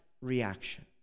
reaction